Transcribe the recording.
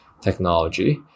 technology